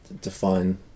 define